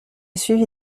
suivi